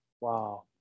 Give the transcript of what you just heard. wow